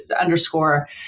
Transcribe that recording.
underscore